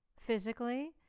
physically